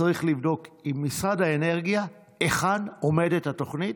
צריך לבדוק עם משרד האנרגיה היכן עומדת התוכנית,